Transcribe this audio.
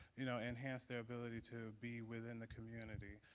you know, enhance their ability to be within the community,